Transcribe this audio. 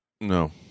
No